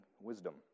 wisdom